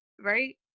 right